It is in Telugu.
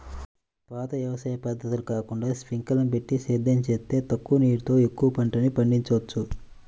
పాత వ్యవసాయ పద్ధతులు కాకుండా స్పింకర్లని బెట్టి సేద్యం జేత్తే తక్కువ నీరుతో ఎక్కువ పంటని పండిచ్చొచ్చు